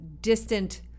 distant